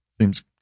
Seems